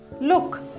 Look